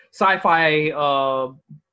sci-fi